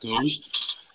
goes